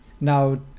Now